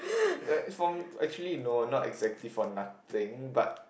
uh actually no not exactly for nothing but